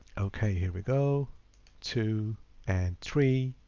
okay, here we go to add three,